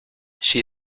she